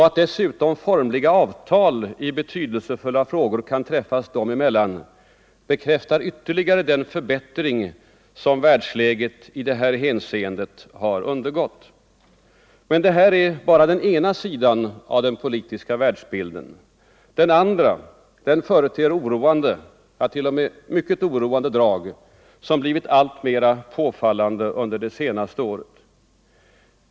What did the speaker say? Att dessutom formliga avtal i betydelsefulla frågor kan träffas dem emellan bekräftar ytterligare den förbättring som världsläget i detta hänseende undergått. Men detta är bara den ena sidan av den politiska världsbilden. Den andra företer oroande — ja, t.o.m. mycket oroande — drag som blivit alltmer påfallande under det senaste året.